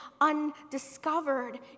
undiscovered